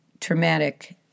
traumatic